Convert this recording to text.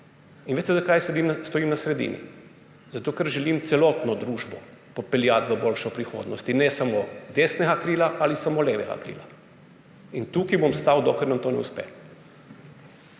In veste, zakaj stojim na sredini? Zato ker želim celotno družbo popeljati v boljšo prihodnost in ne samo desnega krila ali samo levega krila. In tukaj bom stal, dokler nam to ne uspe.